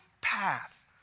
path